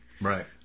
Right